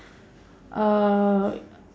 uh